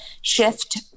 shift